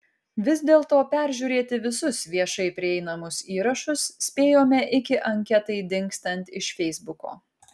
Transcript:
vis dėlto peržiūrėti visus viešai prieinamus įrašus spėjome iki anketai dingstant iš feisbuko